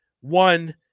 one